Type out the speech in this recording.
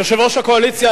יושב-ראש הקואליציה,